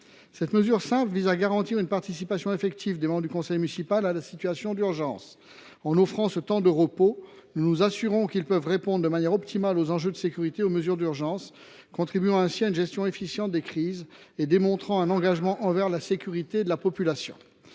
Cette mesure simple tend à garantir une participation effective des membres du conseil municipal à la situation d’urgence. En leur offrant ce temps de repos, nous nous assurons que ces derniers puissent répondre de manière optimale aux enjeux de sécurité et aux mesures d’urgence, en contribuant à une gestion efficiente des crises et en démontrant leur engagement en faveur de la sécurité de la population.